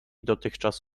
dotychczas